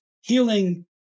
healing